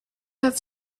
have